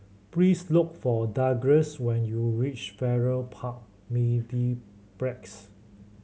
please look for Douglas when you reach Farrer Park Mediplex